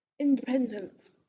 independence